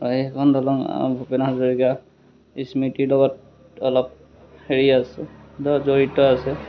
সেইখন দলং ভূপেন হাজৰিকা স্মৃতিৰ লগত অলপ হেৰি আছে ধৰক জড়িত আছে